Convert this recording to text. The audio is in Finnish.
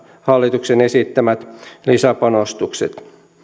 hallituksen esittämät lisäpanostukset